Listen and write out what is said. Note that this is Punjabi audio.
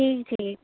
ਠੀਕ ਠੀਕ